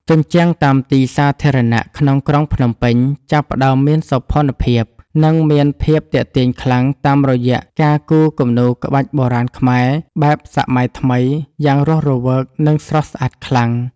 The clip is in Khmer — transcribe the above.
ជញ្ជាំងតាមទីសាធារណៈក្នុងក្រុងភ្នំពេញចាប់ផ្ដើមមានសោភ័ណភាព និងមានភាពទាក់ទាញខ្លាំងតាមរយៈការគូរគំនូរក្បាច់បុរាណខ្មែរបែបសម័យថ្មីយ៉ាងរស់រវើក និងស្រស់ស្អាតខ្លាំង។